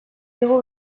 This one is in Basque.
digu